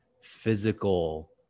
physical